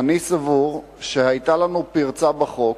אני סבור שהיתה לנו פרצה בחוק,